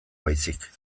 baizik